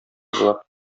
болар